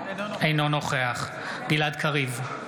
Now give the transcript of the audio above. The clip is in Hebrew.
אינו נוכח גלעד קריב,